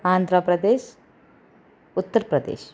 Andhra Pradesh Uttar Pradesh